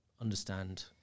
understand